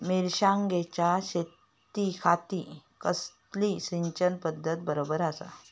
मिर्षागेंच्या शेतीखाती कसली सिंचन पध्दत बरोबर आसा?